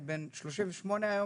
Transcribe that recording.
אני בן 38 היום,